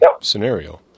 scenario